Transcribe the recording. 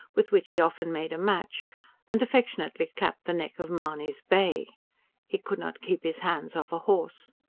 with which he often made a match and affectionately clapped the neck of mahony's bay he could not keep his hands off a horse.